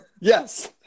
yes